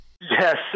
Yes